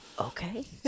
Okay